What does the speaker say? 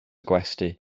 gwesty